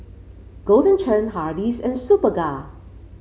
Golden Churn Hardy's and Superga